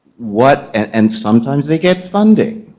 what. and sometimes they get funding.